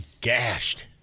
Gashed